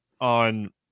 on